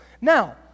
Now